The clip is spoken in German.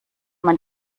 man